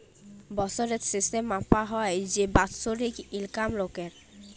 বছরের শেসে মাপা হ্যয় যে বাৎসরিক ইলকাম লকের